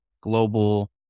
global